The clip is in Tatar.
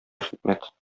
хикмәт